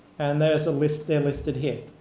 and there's a list they listed here.